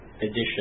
edition